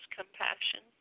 compassion